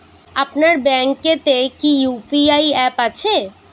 আপনার ব্যাঙ্ক এ তে কি ইউ.পি.আই অ্যাপ আছে?